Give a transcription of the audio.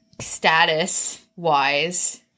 status-wise